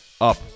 up